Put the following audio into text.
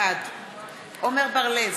בעד עמר בר-לב,